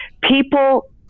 People